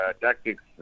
tactics